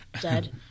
Dead